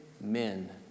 men